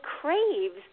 craves